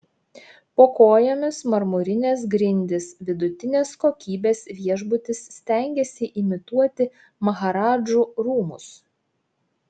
po kojomis marmurinės grindys vidutinės kokybės viešbutis stengiasi imituoti maharadžų rūmus